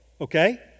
okay